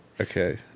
Okay